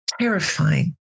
terrifying